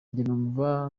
numva